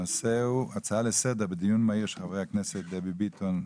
הנושא הוא הצעה לסדר בדיון מהיר של חברי הכנסת דבי ביטון,